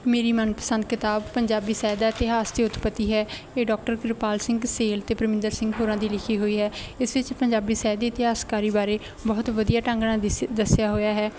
ਮੇਰੀ ਮਨਪਸੰਦ ਕਿਤਾਬ ਪੰਜਾਬੀ ਸਾਹਿਤ ਦਾ ਇਤਿਹਾਸ ਅਤੇ ਉਤਪਤੀ ਹੈ ਇਹ ਡਾਕਟਰ ਗੁਰਪਾਲ ਸਿੰਘ ਸੇਲ ਅਤੇ ਪਰਮਿੰਦਰ ਸਿੰਘ ਹੋਰਾਂ ਦੀ ਲਿਖੀ ਹੋਈ ਹੈ ਇਸ ਵਿੱਚ ਪੰਜਾਬੀ ਸਾਹਿਤ ਦੀ ਇਤਿਹਾਸਕਾਰੀ ਬਾਰੇ ਬਹੁਤ ਵਧੀਆ ਢੰਗ ਨਾਲ ਦਿਸ ਦੱਸਿਆ ਹੋਇਆ ਹੈ